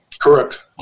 Correct